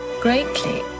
greatly